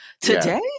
Today